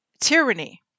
tyranny